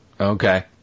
Okay